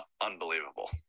Unbelievable